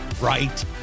right